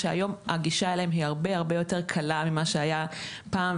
שהיום הגישה אליהם היא הרבה-הרבה יותר קלה ממה שהיה פעם,